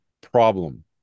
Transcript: problem